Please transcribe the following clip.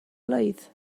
blwydd